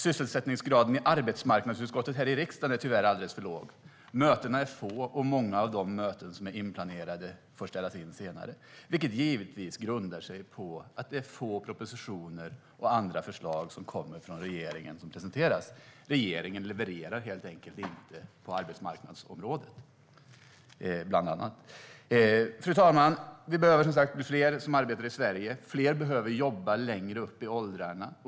Sysselsättningsgraden i arbetsmarknadsutskottet i riksdagen är tyvärr alldeles för låg. Mötena är få, och många av de möten som är inplanerade får senare ställas in. Det grundar sig givetvis på att det är få propositioner och andra förslag som presenteras som kommer från regeringen. Regeringen levererar helt enkelt inte på bland annat arbetsmarknadsområdet. Fru talman! Vi behöver bli fler som arbetar i Sverige, och fler behöver jobba längre upp i åldrarna.